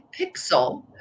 Pixel